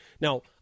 Now